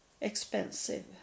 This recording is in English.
expensive